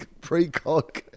pre-cog